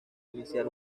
iniciar